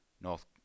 north